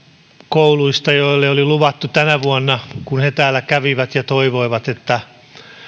kouluista joille oli luvattu tänä vuonna kun he täällä kävivät ja toivoivat että